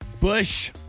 Bush